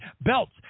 belts